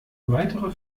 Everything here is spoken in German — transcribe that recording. weitere